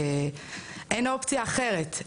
אין אופציה אחרת,